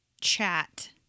chat